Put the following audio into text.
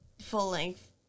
Full-length